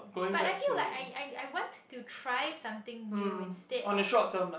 but I feel like I I I want to try something new instead of